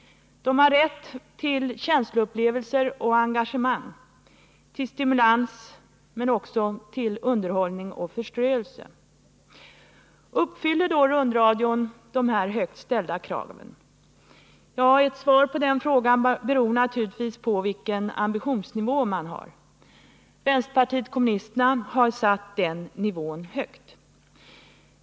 De har rätt till känsloupplevelser och engagemang, till stimulans men också till underhållning och förströelse. Uppfyller då rundradion de här högt ställda kraven? Svaret på den frågan beror naturligtvis på vilken ambitionsnivå man har. Vänsterpartiet kommunisterna har satt den nivån högt.